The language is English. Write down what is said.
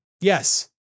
Yes